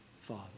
father